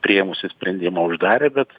priėmusi sprendimą uždarė bet